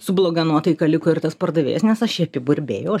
su bloga nuotaika liko ir tas pardavėjas nes aš jį apiburbėjau aš